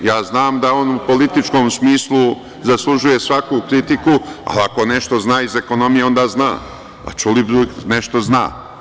Ja znam da on u političkom smislu zaslužuje svaku kritiku, ali ako nešto zna iz ekonomije, onda zna, a Ćulibrk nešto zna.